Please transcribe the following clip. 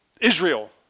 Israel